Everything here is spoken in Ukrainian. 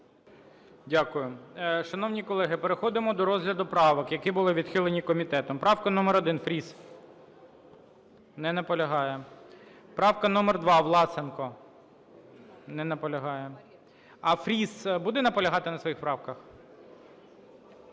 Дякую. Шановні колеги, переходимо до розгляду правок, які були відхилені комітетом. Правка номер 1, Фріс. Не наполягає. Правка номер 2, Власенко. Не наполягає. А, Фріс буде наполягати на своїх правках?